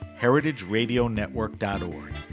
heritageradionetwork.org